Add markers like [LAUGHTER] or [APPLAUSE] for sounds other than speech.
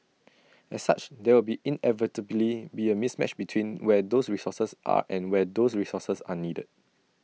[NOISE] as such there will inevitably be A mismatch between where those resources are and where those resources are needed